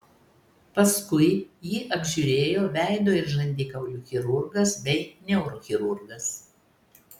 paskui jį apžiūrėjo veido ir žandikaulių chirurgas bei neurochirurgas